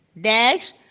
Dash